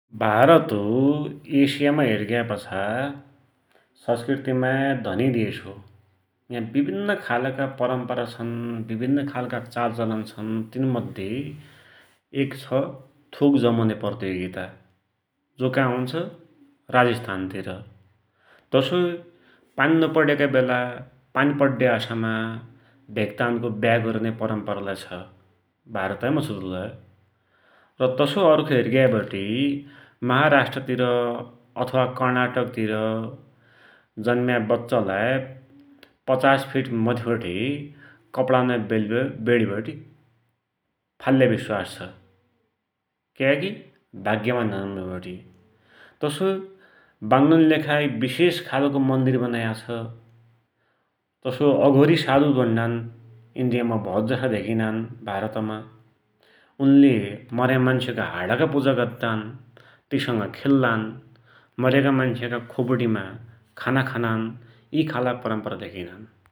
भारत एशियामा हेरिग्यापाछा संस्कृतिमा धनी देश हो । या विभिन्न खालका परम्परा छन्, विभिन्न खालका चालचलन छन्, यिनमध्ये एक छ थुक जमुन्या प्रतियोगिता, जो का हुन्छ राजिस्तान तिर, तसौइ पानी नपड्याका बेला पानी पड्या आशामा भेक्तानको ब्या गरुन्या परम्परालै छ, भारतैमा छ तु लै, र तसोइ अर्खो हेरिग्यावटी महाराष्ट्रतिर अथवा कर्नाटकतिर जन्या बच्चालाई पचास फिट मथिबठे कपडानमा बेडिबटे फाल्या विश्वास छ, क्याकी भाग्यमानी हुनान भुणिबटे । तसोइ वानरुन्की लेखा एक विशेष प्रकारको मन्दिर बनायाछ, तसोइ अघोरी साधु भुण्णान इण्डियामा भौतजसा धेकिनान् भारतमा उनले मर्या मान्सका हाडका पूजा गद्दान, ति संग खेल्लान, मर्याका मान्सका खोपडीमा खाना खानान्, यि खालका परम्परा धेकिनान् ।